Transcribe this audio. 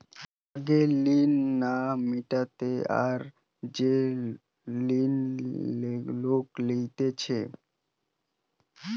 আগের লোন না মিটিয়ে আবার যে লোন লোক লইতেছে